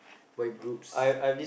boy groups